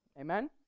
Amen